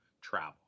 travel